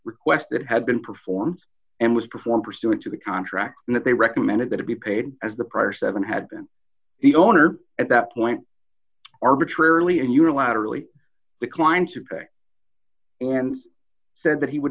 requested had been performed and was performed pursuant to the contract and that they recommended that it be paid as the prior seven had been the owner at that point arbitrarily and unilaterally declined to pay and said that he would